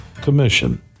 Commission